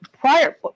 prior